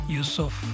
Yusuf